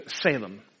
Salem